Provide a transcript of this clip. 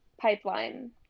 pipeline